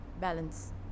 balance